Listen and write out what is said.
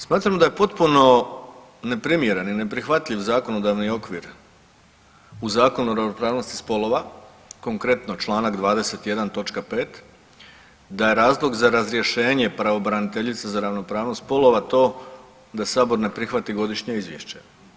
Smatram da je potpuno neprimjereno i neprihvatljiv zakonodavni okvir u Zakonu o ravnopravnosti spolova, konkretno članak 21. točka 5. da je razlog za razrješenje pravobraniteljice za ravnopravnost spolova to da Sabor ne prihvati godišnje izvješće.